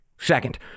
Second